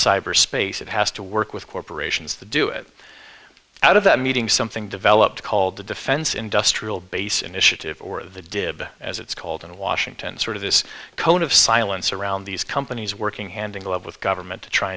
cyberspace it has to work with corporations to do it out of that meeting something developed called the defense industrial base initiative or the did as it's called in washington sort of this cone of silence around these companies working hand in glove with government to try